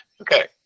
Okay